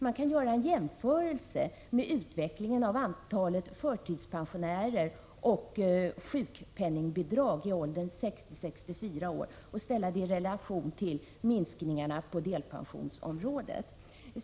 Man kan göra en jämförelse avseende utvecklingen av antalet förtidspensionärer och sjukpenningbidrag i åldrarna 60-64 år ställt i relation till minskningarna på delpensionsområdet.